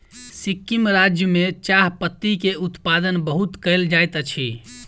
सिक्किम राज्य में चाह पत्ती के उत्पादन बहुत कयल जाइत अछि